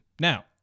Now